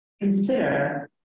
consider